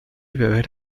beber